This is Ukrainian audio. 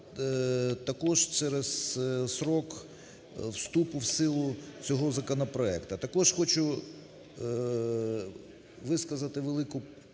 також через строк вступу в силу цього законопроекту. Також хочу висказати велику